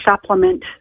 supplement